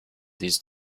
these